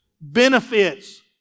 benefits